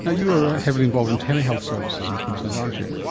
ah you're heavily involved in telehealth services in queensland, aren't you.